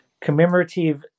Commemorative